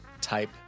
type